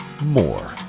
more